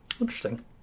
Interesting